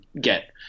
get